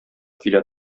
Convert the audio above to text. килә